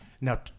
Now